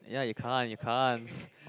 ya you can't you can't